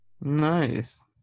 Nice